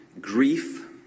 grief